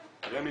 רמ"י,